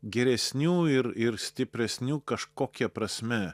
geresniu ir ir stipresniu kažkokia prasme